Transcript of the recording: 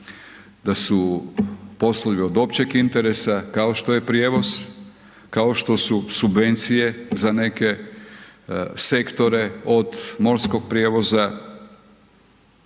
da su poslovi od općeg interesa kao što je prijevoz, kao što su subvencije za neke sektore od morskog prijevoza,